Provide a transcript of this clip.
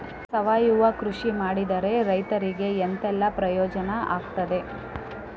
ಸಾವಯವ ಕೃಷಿ ಮಾಡಿದ್ರೆ ರೈತರಿಗೆ ಎಂತೆಲ್ಲ ಪ್ರಯೋಜನ ಆಗ್ತದೆ?